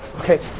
Okay